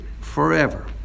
forever